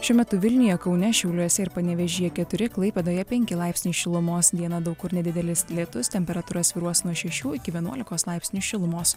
šiuo metu vilniuje kaune šiauliuose ir panevėžyje keturi klaipėdoje penki laipsniai šilumos dieną daug kur nedidelis lietus temperatūra svyruos nuo šešių iki vienuolikos laipsnių šilumos